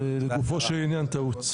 זה לגופו של עניין טעות.